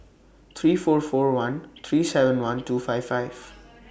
three four four one three seven one two five five